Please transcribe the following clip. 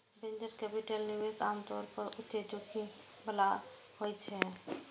venture capital निवेश आम तौर पर उच्च जोखिम बला होइ छै